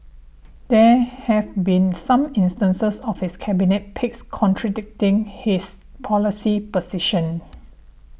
there have been some instances of his cabinet picks contradicting his policy positions